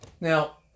Now